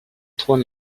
trois